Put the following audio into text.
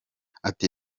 ati